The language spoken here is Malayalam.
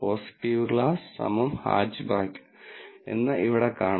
പോസിറ്റീവ് ക്ലാസ് ഹാച്ച്ബാക്ക് എന്ന് ഇവിടെ കാണാം